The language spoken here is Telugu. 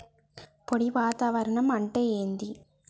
పొడి వాతావరణం అంటే ఏంది?